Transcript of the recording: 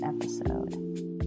episode